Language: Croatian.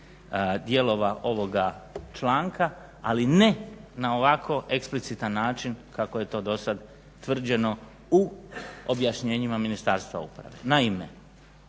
dijelova ovoga članka, ali ne na ovako eksplicitan način kako je to do sada tvrđeno u objašnjenjima Ministarstva uprave. Naime,